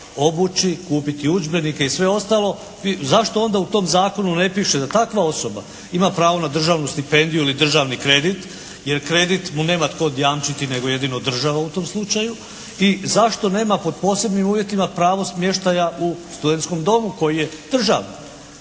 obući, kupiti udžbenike i sve ostalo i zašto onda u tom zakonu ne piše da takva osoba ima pravo na državnu stipendiju ili državni kredit jer kredit mu nema tko jamčiti nego jedino država u tom slučaju. I zašto nema pod posebnim uvjetima pravo smještaja u studentskom domu koji je državni?